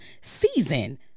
season